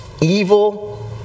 evil